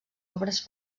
obres